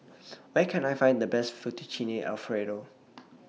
Where Can I Find The Best Fettuccine Alfredo